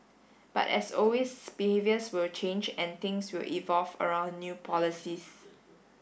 but as always behaviours will change and things will evolve around new policies